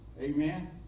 Amen